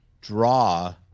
draw